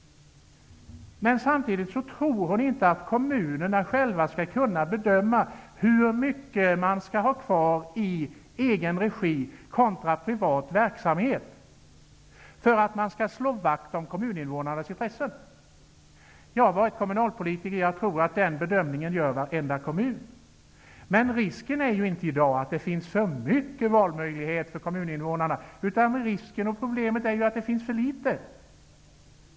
Samtidigt tror hon inte att kommunerna själva skall kunna bedöma hur mycket man skall ha kvar i egen regi kontra privat verksamhet, för att slå vakt om kommuninvånarnas intresse. Jag har varit kommunalpolitiker, och jag tror att den typen av bedömning görs i varje kommun. Det är emellertid ingen risk för att det i dag finns för stor valmöjlighet för kommuninvånarna, utan den är för liten.